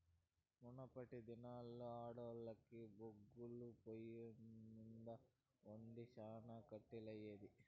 మునపటి దినాల్లో ఆడోల్లకి బొగ్గుల పొయ్యిమింద ఒంట శానా కట్టమయ్యేది